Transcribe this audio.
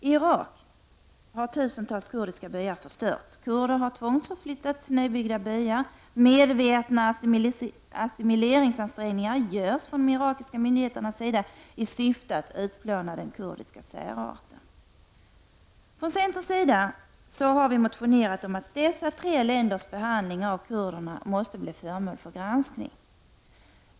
I Irak har tusentals kurdiska byar förstörts och kurder har tvångsförflyttats till nybyggda byar, medvetna assimileringsansträngningar görs från de irakiska myndigheternas sida i syfte att utplåna den kurdiska särarten. Vi i centern har motionerat om att dessa tre länders behandling av kurderna måste bli föremål för granskning.